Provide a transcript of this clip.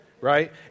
right